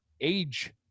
age